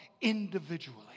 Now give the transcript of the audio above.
individually